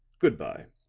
good-by.